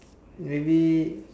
maybe